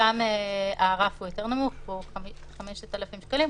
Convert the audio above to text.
שם הרף הוא יותר נמוך הוא 5,000 שקלים,